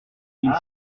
ville